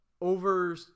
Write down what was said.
over –